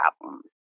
problems